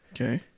Okay